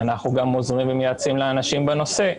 אנחנו גם עוזרים ומייעצים לאנשים בנושא,